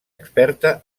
experta